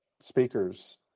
speakers